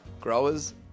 growers